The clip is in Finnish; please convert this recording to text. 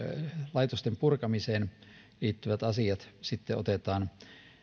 laitosten purkamiseen liittyvät asiat otetaan